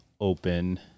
open